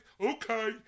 Okay